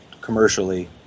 commercially